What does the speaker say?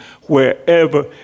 wherever